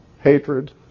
hatred